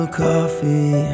coffee